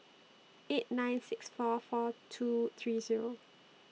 eight nine six four four two three Zero